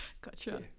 Gotcha